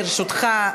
ברשותך,